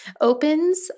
OPEN's